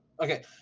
okay